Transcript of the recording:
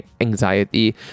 anxiety